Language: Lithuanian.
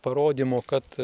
parodymo kad